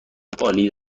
عالی